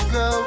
go